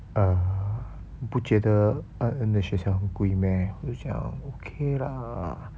uhh 你不觉得蒽蒽学校很贵 meh 我就讲 okay lah